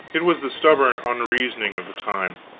it was the stubborn unreasoning of the time.